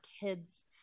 kids